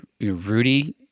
Rudy